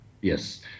Yes